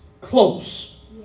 close